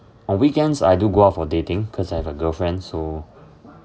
on weekends I do go out for dating cause I have a girlfriend so